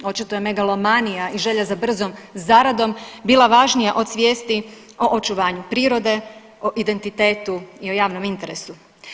Očito megalomanija i želja za brzom zaradom bila važnija od svijesti o očuvanju prirode, o identitetu i o javnom interesu.